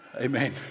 amen